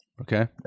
Okay